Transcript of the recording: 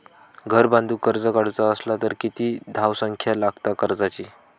घर बांधूक कर्ज काढूचा असला तर किती धावसंख्या लागता कर्जाची?